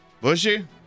Bushy